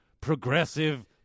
progressive